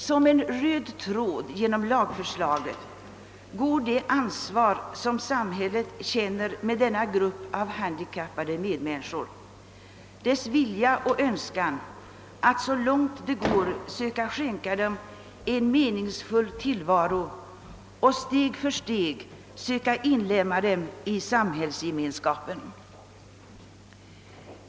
Som en röd tråd genom lagförslaget går det ansvar som samhället känner för dessa handikappade människor, dess vilja och önskan att så långt det går söka skänka dem en meningsfull tillvaro och steg för steg inlemma dem i samhällsgemenskapen.